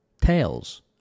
tails